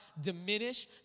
diminish